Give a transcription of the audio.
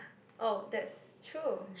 oh that's true